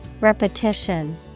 Repetition